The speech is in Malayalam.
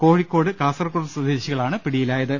കോഴിക്കോട് കാസർകോട് സ്വദേശികളാണ് പിടിയിലായത്